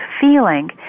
feeling